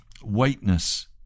whiteness